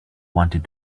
wanted